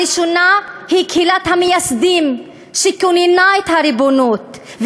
הראשונה היא קהילת המייסדים שכוננה את הריבונות,